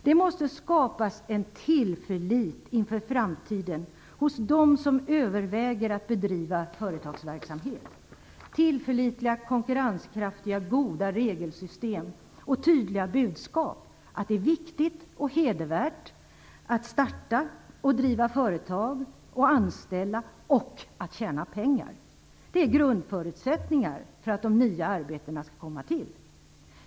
Det måste skapas en tillförlit inför framtiden hos dem som överväger att bedriva företagsverksamhet. Tillförlitliga, konkurrenskraftiga, goda regelsystem och tydliga budskap att det är viktigt och hedervärt att starta och driva företag, anställa och att tjäna pengar är grundförutsättningar för att nya arbeten skall komma till.